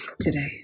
today